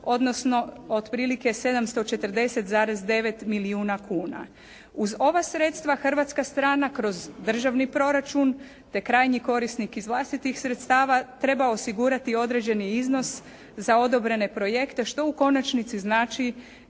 otprilike 740,9 milijuna kuna. Uz ova sredstva hrvatska strana kroz državni proračun te krajnji korisnik iz vlastitih sredstava treba osigurati određeni iznos za odobrene projekte što u konačnici znači